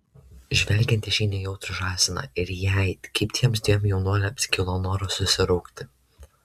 žvelgiant į šį nejautrų žąsiną ir jai kaip tiems dviem jaunuoliams kilo noras susiraukti